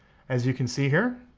as you can see here,